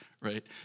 right